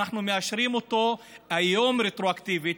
אנחנו מאשרים אותו היום רטרואקטיבית,